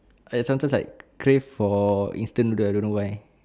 I sometimes like crave for instant noodle I don't know why